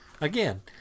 Again